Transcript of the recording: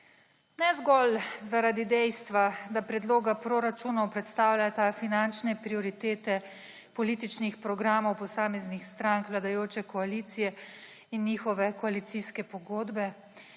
Ne zgolj zaradi dejstva, da predloga proračunov predstavljata finančne prioritete političnih programov posameznih strank vladajoče koalicije in njihove koalicijske pogodbe,